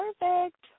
perfect